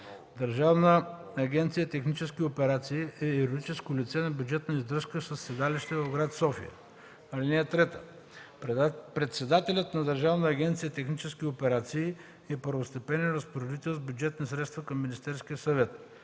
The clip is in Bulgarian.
Държавна агенция „Технически операции” е юридическо лице на бюджетна издръжка със седалище в гр. София. (3) Председателят на Държавна агенция „Технически операции” е първостепенен разпоредител с бюджетни средства към Министерския съвет.